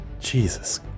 Jesus